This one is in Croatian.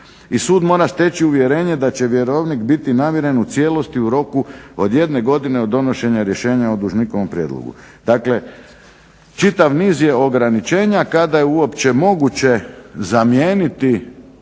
I sud mora steći uvjerenje da će vjerovnik biti namiren u cijelosti u roku od jedne godine od donošenja rješenja o dužnikovom prijedlogu. Dakle, čitav niz je ograničenja kada je uopće moguće zamijeniti